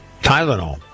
Tylenol